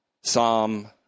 Psalm